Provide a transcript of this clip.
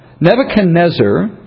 nebuchadnezzar